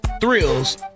thrills